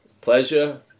pleasure